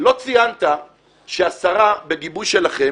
לא ציינת שהשרה, בגיבוי שלכם,